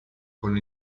con